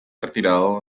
retirado